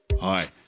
Hi